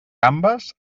gambes